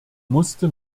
musste